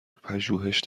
پژوهش